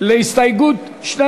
הסתייגות מס'